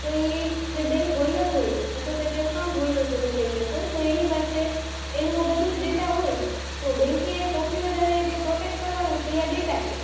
તો એ જે બૅન્ક હોલ્ડર હોય અથવા તો જે એકાઉન્ટ હોલ્ડર તમે કહી શકો તો એની પાસે એનું બધું જ ડેટા હોય તો બેન્કે સૌથી વધારે જે પ્રોટેક્ટ કરવાનું છે એ આ ડેટા છે